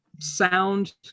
sound